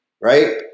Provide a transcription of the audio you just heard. right